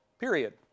Period